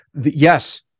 Yes